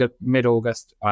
mid-August